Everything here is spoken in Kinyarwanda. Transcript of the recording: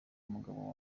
umugabo